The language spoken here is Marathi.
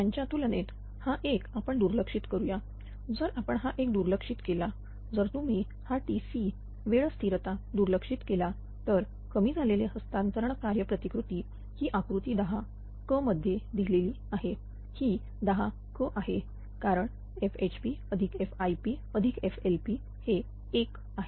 यांच्या तुलनेत हा 1 आपण दुर्लक्षित करूया जर आपण हा 1 दुर्लक्षित केला जर तुम्ही हा Tc वेळ स्थिरता दुर्लक्षित केला तर कमी झालेले हस्तांतरण कार्य प्रतिकृती ही आकृती 10c मध्ये दिलेली आहे ही 10c आहे कारण FHPFIPFLP हे 1 आहे